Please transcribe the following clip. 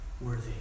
worthy